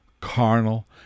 carnal